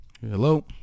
Hello